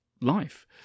life